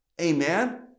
Amen